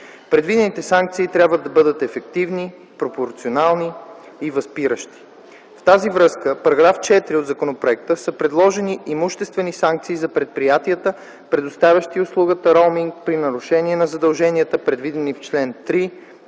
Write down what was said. Предвидените санкции трябва да бъдат ефективни, пропорционални и възпиращи. В тази връзка в § 4 от законопроекта са предложени имуществени санкции за предприятията, предоставящи услугата роуминг, при нарушение на задълженията, предвидени в чл. 3,